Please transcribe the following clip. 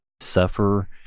suffer